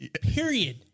Period